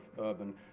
urban